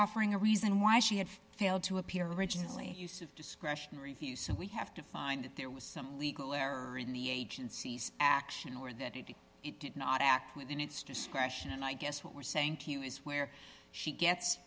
offering a reason why she had failed to appear originally use of discretion review so we have to find that there was some legal error in the agency's action or that it did not act within its discretion and i guess what we're saying to you is where she gets